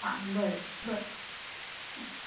हां बरें बरें